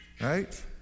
Right